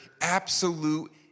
absolute